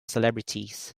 celebrities